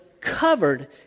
covered